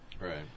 Right